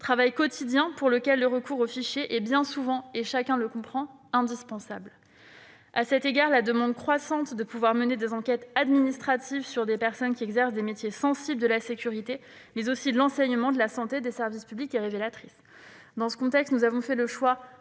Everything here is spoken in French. travail quotidien pour lequel le recours aux fichiers est bien souvent, chacun le comprend, indispensable. À cet égard, la demande croissante d'enquêtes administratives sur des personnes exerçant des métiers sensibles de la sécurité, mais aussi de l'enseignement, de la santé et des services publics est révélatrice. Dans ce contexte, nous avons fait le choix,